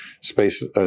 Space